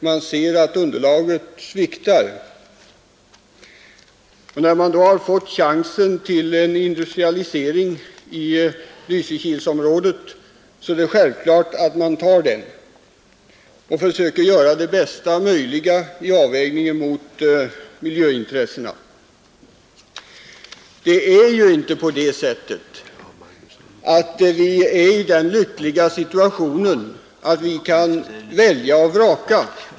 Man ser att underlaget sviktar, och när man då har fått chansen till en industrialisering i Lysekilsområdet, är det självklart att man tar den och försöker göra det bästa möjliga i avvägningen mot miljöintressena. Vi är ju inte i den lyckliga situationen att vi kan välja och vraka.